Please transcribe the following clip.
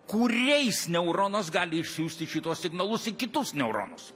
kuriais neuronas gali išsiųsti šituos signalus į kitus neuronus